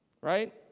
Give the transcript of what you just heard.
right